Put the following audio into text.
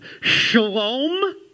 Shalom